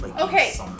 Okay